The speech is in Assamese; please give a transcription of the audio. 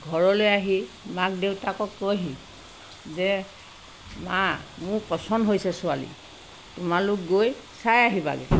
ঘৰলৈ আহি মাক দেউতাকক কয়হি যে মা মোৰ পচন্দ হৈছে ছোৱালী তোমালোক গৈ চাই আহিবাগৈ